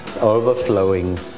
overflowing